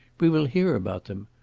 we will hear about them.